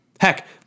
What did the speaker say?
Heck